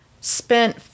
spent